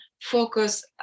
focus